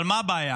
אבל מה הבעיה?